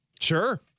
Sure